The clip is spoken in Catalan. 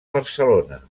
barcelona